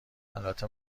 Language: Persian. البته